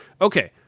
Okay